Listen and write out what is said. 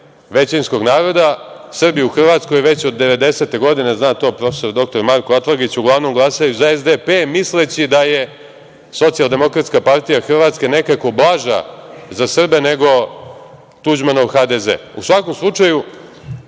većinskog naroda. Srbi u Hrvatskoj već od 90-te godine, zna to prof. dr Marko Atlagić, uglavnom glasaju za SDP, misleći da je Socijaldemokratska partija Hrvatske, nekako blaža za Srbe nego Tuđmanov HDZ. U svakom slučaju